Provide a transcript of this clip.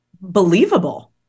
believable